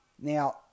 Now